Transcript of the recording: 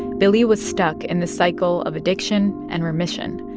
billie was stuck in the cycle of addiction and remission,